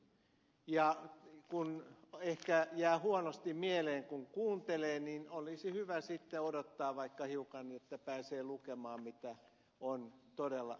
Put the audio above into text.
ja kun ehkä jää huonosti mieleen kun kuuntelee niin olisi hyvä sitten odottaa vaikka hiukan että pääsee lukemaan mitä on todella sanottu